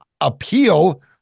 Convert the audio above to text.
appeal